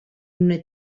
una